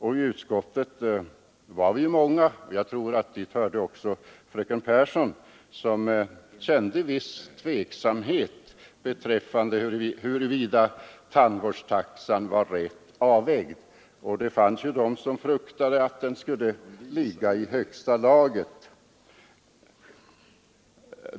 I utskottet var det många — och jag tror att också fröken Pehrsson hörde till dem — som kände visst tvivel i fråga om tandvårdstaxan var riktigt avvägd. Det fanns de som fruktade att den var i högsta laget.